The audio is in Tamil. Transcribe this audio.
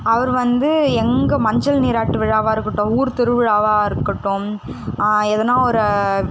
அவர் வந்து எங்கே மஞ்சள் நீராட்டு விழாவாக இருக்கட்டும் ஊர் திருவிழாவாக இருக்கட்டும் எதனால் ஒரு